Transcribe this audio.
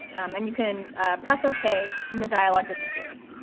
um and you can press ok, and the dialog disappears.